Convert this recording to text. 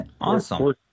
Awesome